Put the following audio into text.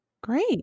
Great